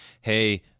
hey